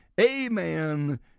amen